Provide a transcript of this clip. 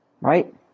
right